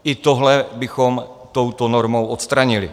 I tohle bychom touto normou odstranili.